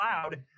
cloud